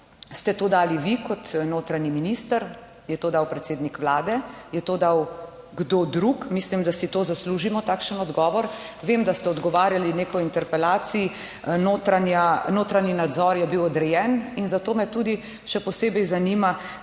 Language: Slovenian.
Ste to dali vi kot notranji minister, je to dal predsednik Vlade, je to dal kdo drug? Mislim, da si to zaslužimo takšen odgovor. Vem, da ste odgovarjali neko interpelacij notranji nadzor je bil odrejen in zato me tudi še posebej zanima